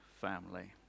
family